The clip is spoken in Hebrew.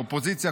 אופוזיציה,